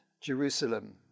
Jerusalem